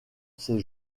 ses